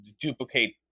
duplicate